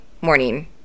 morning